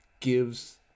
gives